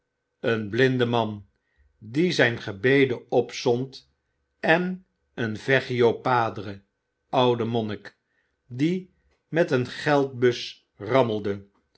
een blinde man die zijn gebeden opzond en een vecchio padre oude monnik die met een geldbus rammelde